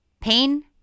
Pain